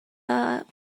that